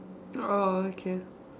orh okay